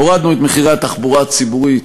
הורדנו את מחירי התחבורה הציבורית